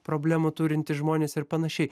problemų turintys žmonės ir panašiai